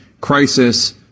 crisis